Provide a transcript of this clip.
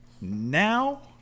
now